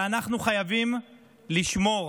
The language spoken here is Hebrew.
ואנחנו חייבים לשמור